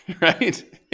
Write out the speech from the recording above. Right